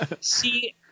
See